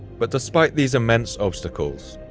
but despite these immense obstacles,